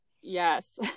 Yes